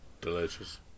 Delicious